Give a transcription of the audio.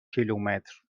کیلومتر